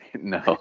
No